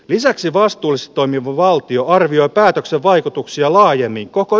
lisäksi vastuunsa toimi valtio arvioi päätöksen vaikutuksia laajeni koko